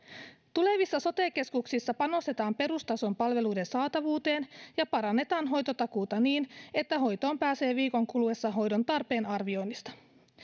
tulevissa sote keskuksissa panostetaan perustason palveluiden saatavuuteen ja parannetaan hoitotakuuta niin että hoitoon pääsee viikon kuluessa hoidontarpeen arvioinnista